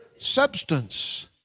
substance